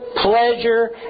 pleasure